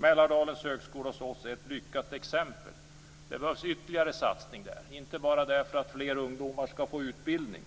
Mälardalens högskola hos oss är ett lyckat exempel. Det behövs ytterligare satsning där, inte bara därför att fler ungdomar skall få utbildning,